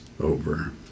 over